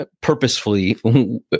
purposefully